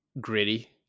gritty